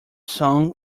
song